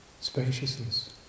Spaciousness